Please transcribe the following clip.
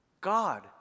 God